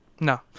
No